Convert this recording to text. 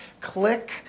click